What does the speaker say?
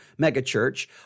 megachurch